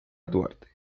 duarte